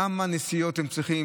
כמה נסיעות הם צריכים,